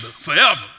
forever